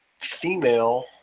female